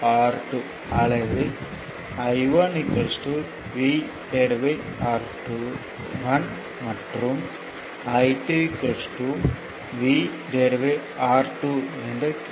30 அல்லது I1 VR1 மற்றும் I2 VR2 என கிடைக்கும்